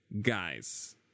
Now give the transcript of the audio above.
Guys